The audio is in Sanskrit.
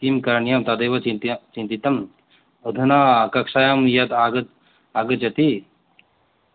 किं करणीयं तदेव चिन्त्य चिन्तितम् अधुना कक्षायां यत् आगत् आगच्छति